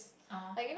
(uh huh)